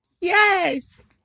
Yes